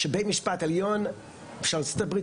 שבין המשפט העליון של ארצות הברית,